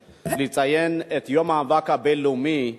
לציין את יום המאבק הבין-לאומי בעוני,